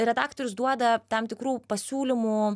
redaktorius duoda tam tikrų pasiūlymų